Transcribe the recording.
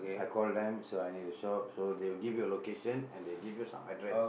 I call them sir I need a shop so they will give you a location and they'll give you some address